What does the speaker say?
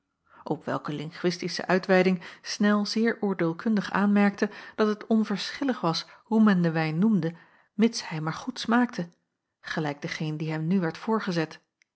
op welke linguistische uitweiding snel zeer oordeelkundig aanmerkte dat het onverschillig was hoe men den wijn noemde mids hij maar goed smaakte gelijk degeen die hem nu werd voorgezet